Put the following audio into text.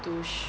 to